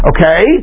Okay